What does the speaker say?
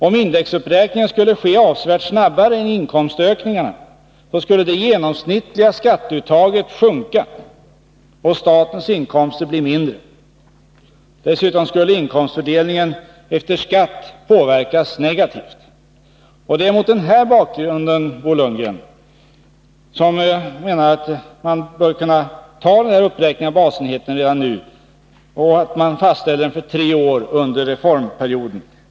Om indexuppräkningen skulle ske avsevärt snabbare än inkomstökningarna, då skulle det genomsnittliga skatteuttaget sjunka och statens inkomster bli mindre. Dessutom skulle inkomstfördelningen efter skatt påverkas negativt. Det är mot denna bakgrund, Bo Lundgren, som jag menar att man bör kunna genomföra uppräkningen av basenheten redan nu och fastställa den för tre år under reformperioden.